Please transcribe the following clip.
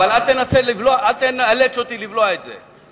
אבל אל תאלץ אותי לבלוע את זה.